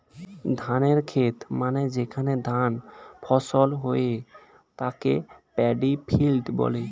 ধানের খেত মানে যেখানে ধান ফসল হয়ে তাকে প্যাডি ফিল্ড বলে